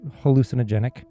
hallucinogenic